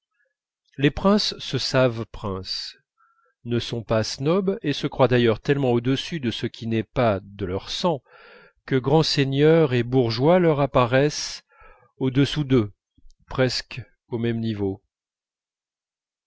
les princes se savent princes ne sont pas snobs et se croient d'ailleurs tellement au-dessus de ce qui n'est pas de leur sang que grands seigneurs et bourgeois leur apparaissent au-dessous d'eux presque au même niveau